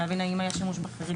להבין האם היה שימוש בחריג,